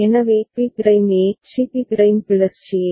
எனவே P prime A C P prime plus C A